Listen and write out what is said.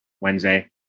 Wednesday